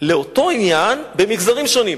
לאותו עניין במגזרים שונים.